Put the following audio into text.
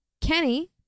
Kenny